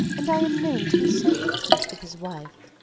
and i am known to be so intimate with his wife,